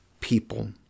people